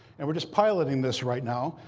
and we're just piloting this right now.